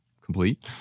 complete